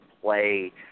play